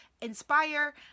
inspire